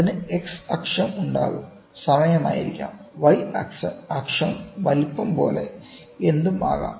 അതിന് എക്സ് അക്ഷം ഉണ്ടാകും സമയമായിരിക്കാം Y അക്ഷം വലുപ്പം പോലെ എന്തും ആകാം